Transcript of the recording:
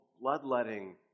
bloodletting